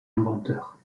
inventeur